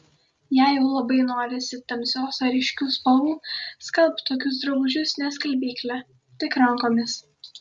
jei jau labai norisi tamsios ar ryškių spalvų skalbk tokius drabužius ne skalbykle tik rankomis